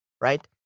right